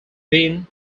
bean